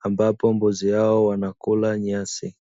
ambapo mbuzi hao wanakula nyasi.